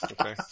Okay